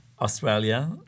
Australia